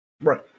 Right